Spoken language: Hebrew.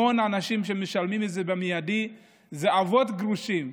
המון אנשים שמשלמים את זה במיידי אלה אבות גרושים,